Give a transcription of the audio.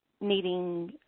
needing